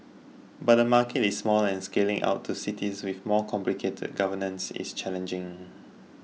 but the market is small and scaling out to cities with more complicated governance is challenging